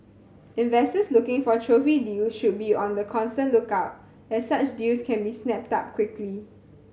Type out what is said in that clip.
investors looking for trophy deal should be on the constant lookout as such deals can be snapped up quickly